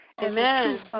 Amen